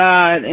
God